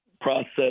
process